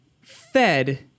fed